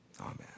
Amen